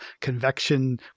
convection